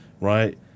Right